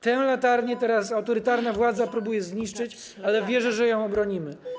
Tę latarnię teraz autorytarna władza próbuje zniszczyć, ale wierzę, że ją obronimy.